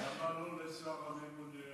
למה לא לשר הממונה על,